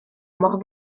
mor